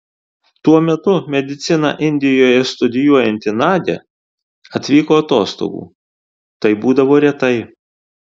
tuo metu mediciną indijoje studijuojanti nadia atvyko atostogų tai būdavo retai